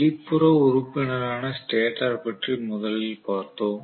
வெளிப்புற உறுப்பினரான ஸ்டேட்டர் பற்றி முதலில் பார்த்தோம்